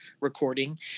recording